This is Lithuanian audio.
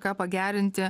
ką pagerinti